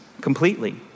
completely